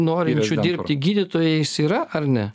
norinčių dirbti gydytojais yra ar ne